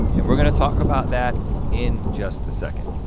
and we're gonna talk about that in just a second.